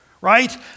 right